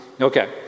Okay